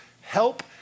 help